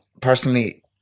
Personally